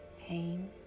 Pain